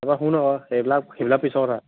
তাৰ পৰা শুন আকৌ সেইবিলাক সেইবিলাক পিছৰ কথা